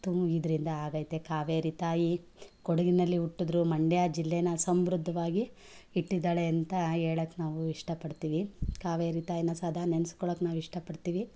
ತು ಇದರಿಂದ ಆಗೈತೆ ಕಾವೇರಿ ತಾಯಿ ಕೊಡಗಿನಲ್ಲಿ ಹುಟ್ಟಿದ್ರೂ ಮಂಡ್ಯ ಜಿಲ್ಲೆನ ಸಮೃದ್ಧವಾಗಿ ಇಟ್ಟಿದ್ದಾಳೆ ಅಂತ ಹೇಳೋಕೆ ನಾವು ಇಷ್ಟ ಪಡ್ತೀವಿ ಕಾವೇರಿ ತಾಯಿನ ಸದಾ ನೆನೆಸ್ಕೊಳ್ಳೋಕೆ ನಾವು ಇಷ್ಟ ಪಡ್ತೀವಿ